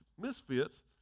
misfits